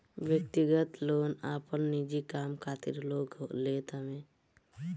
व्यक्तिगत लोन आपन निजी काम खातिर लोग लेत हवे